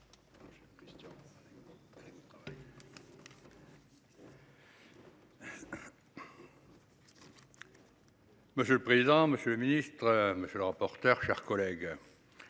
Monsieur le président. Monsieur le Ministre. Sur le rapporteur, chers collègues.